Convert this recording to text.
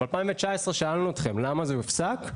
ב-2019 שאלנו אתכם למה זה יופסק.